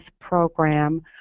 program